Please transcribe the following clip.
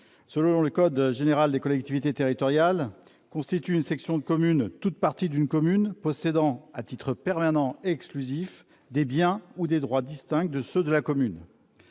Selon le code général des collectivités territoriales, « constitue une section de commune toute partie d'une commune possédant à titre permanent et exclusif des biens ou des droits distincts de ceux de la commune